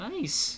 Nice